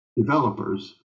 developers